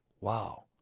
wow